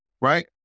right